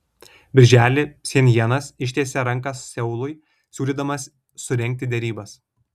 birželį pchenjanas ištiesė ranką seului siūlydamas surengti derybas